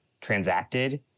transacted